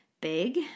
big